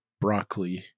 broccoli